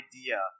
idea